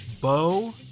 Bo